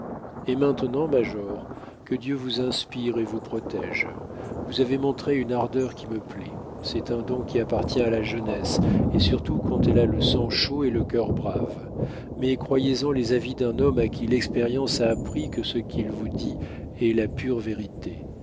et maintenant major que dieu vous inspire et vous protège vous avez montré une ardeur qui me plaît c'est un don qui appartient à la jeunesse et surtout quand elle a le sang chaud et le cœur brave mais croyez-en les avis d'un homme à qui l'expérience a appris que ce qu'il vous dit est la pure vérité